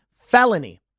felony